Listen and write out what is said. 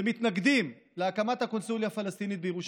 ומתנגדים להקמת הקונסוליה הפלסטינית בירושלים.